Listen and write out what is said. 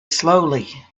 slowly